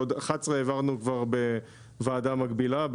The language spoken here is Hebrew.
11 העברנו כבר בוועדה מקבילה,